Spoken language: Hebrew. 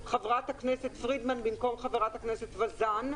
חברת הכנסת פרידמן במקום חברת הכנסת וזאן,